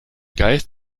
geist